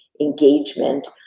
engagement